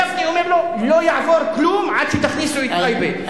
גפני אומר לו: לא יעבור כלום עד שתכניסו את טייבה.